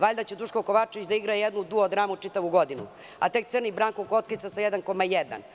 Valjda će Duško Kovačević da igra jednu dramu čitavu godinu, a tek crni Branko Kockica sa 1,1%